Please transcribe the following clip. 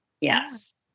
Yes